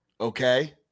okay